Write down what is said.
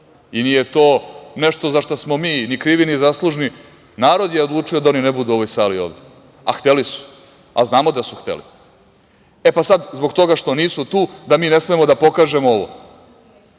i nije to nešto zašta smo mi ni krivi ni zaslužni. Narod je odlučio da oni ne budu ovde u ovoj sali, a hteli su, a znamo da su hteli. Sada zbog toga što nisu tu, da mi ne smemo da pokažemo ovo.